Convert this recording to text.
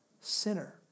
sinner